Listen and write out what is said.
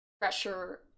pressure